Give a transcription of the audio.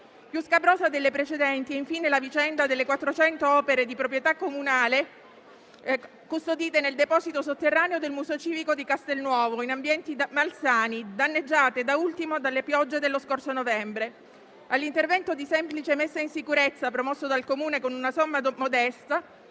Più scabrosa delle precedenti è infine la vicenda delle 400 opere di proprietà comunale custodite nel deposito sotterraneo del Museo Civico di Castel Nuovo, in ambienti malsani, danneggiate da ultimo dalla pioggia dello scorso novembre. All'intervento di semplice messa in sicurezza promosso dal Comune con una somma modesta